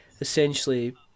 essentially